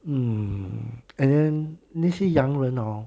um and then 那些洋人哦